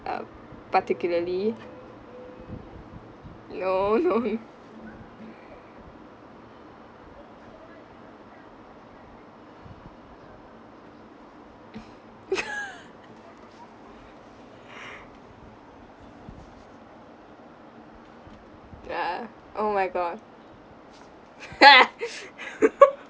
uh particularly no no ah oh my god